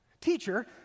Teacher